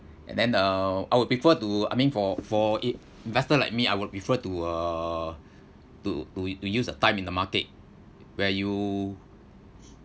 and then uh I would prefer to I mean for for in~ investor like me I would prefer to uh to to to use the time in the market where you